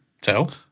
Tell